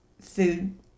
food